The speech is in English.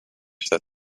said